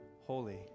holy